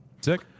sick